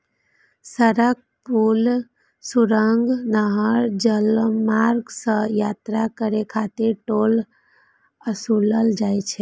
सड़क, पुल, सुरंग, नहर, जलमार्ग सं यात्रा करै खातिर टोल ओसूलल जाइ छै